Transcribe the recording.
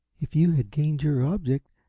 if you had gained your object,